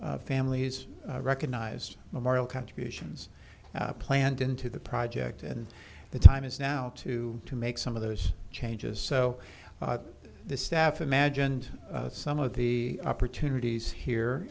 families recognized memorial contributions planned into the project and the time is now to to make some of those changes so the staff imagined some of the opportunities here